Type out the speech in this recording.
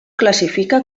classifica